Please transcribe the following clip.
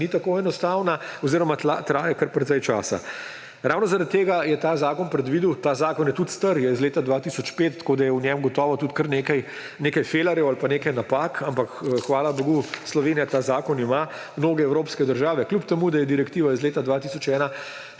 ni tako enostavna oziroma traja kar precej časa. Ravno zaradi tega je ta zakon predvidel – ta zakon je tudi star, je iz leta 2005, tako da je v njem gotovo tudi kar nekaj felerjev ali pa nekaj napak, ampak hvala bogu, Slovenija ta zakon ima. Mnoge evropske države, kljub temu da je direktiva iz leta 2001,